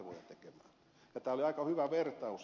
tämä oli aika hyvä vertaus